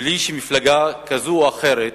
בלי שמפלגה כזאת או אחרת